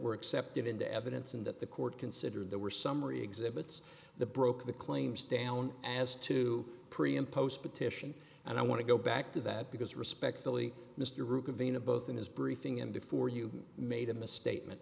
were accepted into evidence and that the court considered there were summary exhibits the broke the claims down as to pre imposed petition and i want to go back to that because respectfully mr rubina both in his briefing and before you made a missta